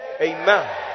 amen